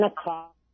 o'clock